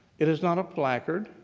it is not a placard.